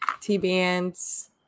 T-Bands